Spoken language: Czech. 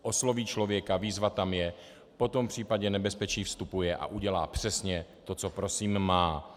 Osloví člověka, výzva tam je, potom v případě nebezpečí vstupuje a udělá přesně to, co prosím má.